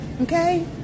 Okay